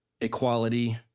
equality